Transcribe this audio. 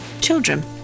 children